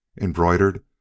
embroidered